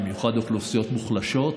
במיוחד אוכלוסיות מוחלשות,